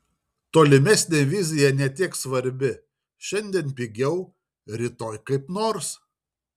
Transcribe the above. tolimesnė vizija ne tiek svarbi šiandien pigiau rytoj kaip nors